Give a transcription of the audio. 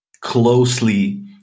closely